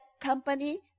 company